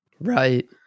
Right